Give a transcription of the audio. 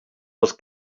was